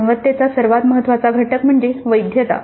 गुणवत्तेचा सर्वात महत्वाचा घटक म्हणजे वैधता